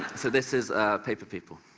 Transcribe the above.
so this is paper people.